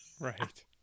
Right